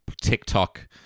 TikTok